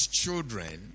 children